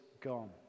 gone